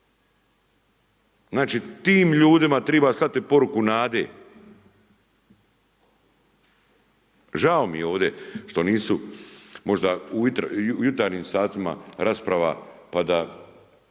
Znači tim ljudima treba slati poruku nade. Žao mi je ovdje što nisu možda u jutarnjim satima rasprava, pa da